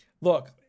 look